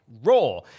Raw